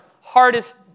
hardest